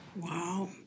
Wow